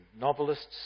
novelists